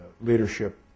leadership